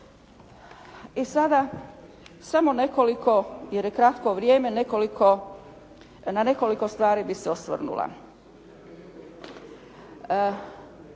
I sada samo nekoliko, jer je kratko vrijem, na nekoliko stvari bi se osvrnula.